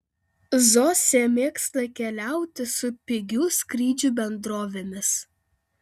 zosė mėgsta keliauti su pigių skrydžių bendrovėmis